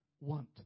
want